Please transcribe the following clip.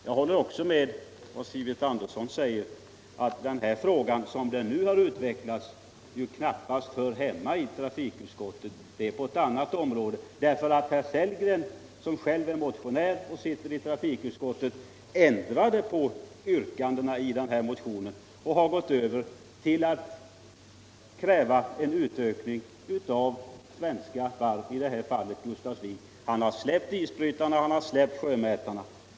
Jag håller också med herr Sivert Andersson om att den här frågan, som den nu har utvecklats. knappast hör hemma i trafikutskottet; den berör eu annat område. Herr Sellgren, som själv är motionär och sitter i trafikutskottet. ändrade ju på yrkandena och har gått över till att kräva en ökning av de svenska varven, i det här fallet Gustafsvik. Han har släppt kraven när det gäller isbrytarna och sjömätningsfartygen.